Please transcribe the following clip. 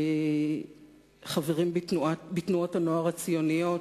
חברים בתנועות הנוער הציוניות,